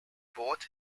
bought